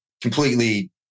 completely